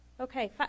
Okay